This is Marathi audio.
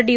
डी